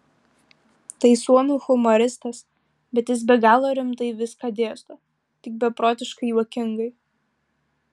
tai suomių humoristas bet jis be galo rimtai viską dėsto tik beprotiškai juokingai